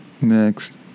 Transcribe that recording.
next